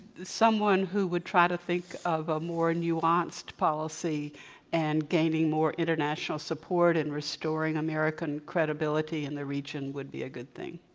someone who would try to think of a more nuanced policy and gaining more international support and restoring american credibility in the region would be a good thing.